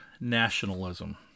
nationalism